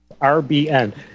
RBN